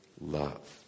love